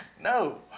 no